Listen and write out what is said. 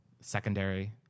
secondary